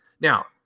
Now